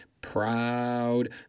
proud